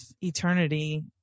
eternity